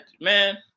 man